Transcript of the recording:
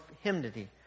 hymnody